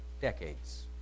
Decades